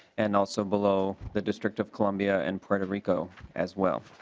and also below the district of columbia and puerto rico as well.